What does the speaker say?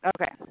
Okay